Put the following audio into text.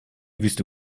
wüste